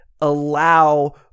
allow